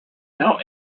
now